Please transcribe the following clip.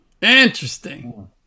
Interesting